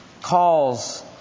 Calls